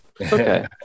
Okay